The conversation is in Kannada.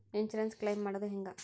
ಇನ್ಸುರೆನ್ಸ್ ಕ್ಲೈಮು ಮಾಡೋದು ಹೆಂಗ?